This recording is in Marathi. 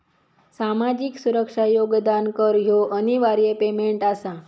सामाजिक सुरक्षा योगदान कर ह्यो अनिवार्य पेमेंट आसा